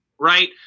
right